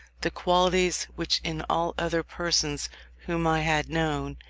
the qualities which in all other persons whom i had known